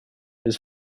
his